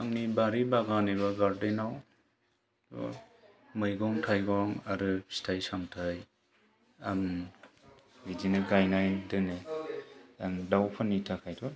आंनि बारि बागान एबा गार्डेनाव मैगं थायगं आरो फिथाइ सामथाइ आं बिदिनो गायना दोनो आं दाउफोरनि थाखायथ'